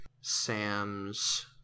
Sam's